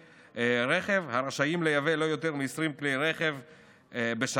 רכב הרשאים לייבא לא יותר מ-20 כלי רכב בשנה,